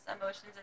emotions